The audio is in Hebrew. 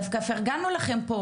דווקא פירגנו לכם פה.